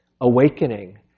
awakening